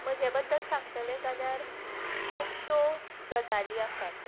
म्हजें बद्दल सांगतलें जाल्यार खुबश्यो गजाली आसात